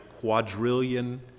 quadrillion